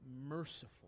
merciful